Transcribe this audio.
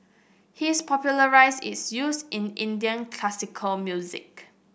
he is popularised its use in Indian classical music